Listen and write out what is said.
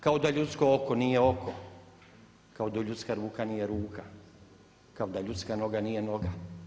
Kao da ljudsko oko nije oko, kao da ljudska ruka nije ruka, kao ljudska noga nije noga.